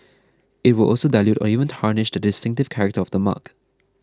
it will also dilute or even tarnish the distinctive character of the mark